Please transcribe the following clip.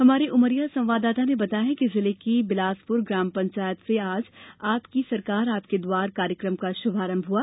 हमारे उमरिया संवाददाता ने बताया कि जिले की बिलासपुर ग्राम पंचायत से आज आपकी सरकार आपके द्वार कार्यक्रम का शुभारंभ हुआ